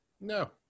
no